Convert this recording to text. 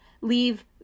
leave